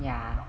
ya